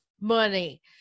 money